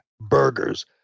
Burgers